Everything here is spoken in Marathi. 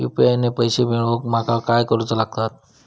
यू.पी.आय ने पैशे मिळवूक माका काय करूचा लागात?